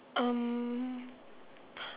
um